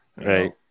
right